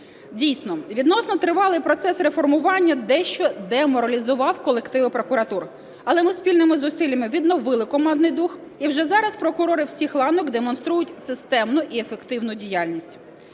Дійсно, відносно тривалий процес реформування дещо деморалізував колективи прокуратур. Але ми спільними зусиллями відновили командний дух і вже зараз прокурори всіх ланок демонструють системну і ефективну діяльність.